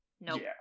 Nope